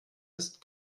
ist